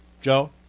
Joe